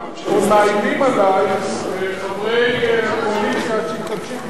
מאיימים עלי חברי הקואליציה שאם תמשיך לדבר,